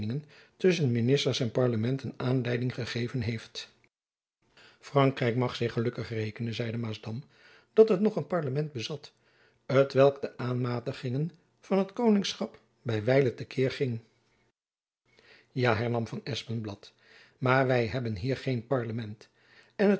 tusschen ministers en parlementen aanleiding gegeven heeft frankrijk mag zich gelukkig rekenen zeide maasdam dat het nog een parlement bezat t welk de aanmatigingen van het koningschap by wijlen te keer ging ja hernam van espenblad maar wy hebben hier geen parlement en